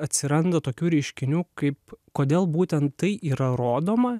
atsiranda tokių reiškinių kaip kodėl būtent tai yra rodoma